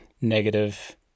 negative